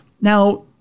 Now